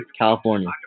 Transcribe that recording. California